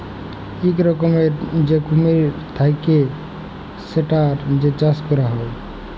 ইক রকমের যে কুমির থাক্যে সেটার যে চাষ ক্যরা হ্যয়